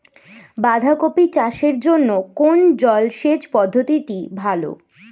বাঁধাকপি চাষের জন্য কোন জলসেচ পদ্ধতিটি ভালো?